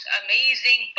amazing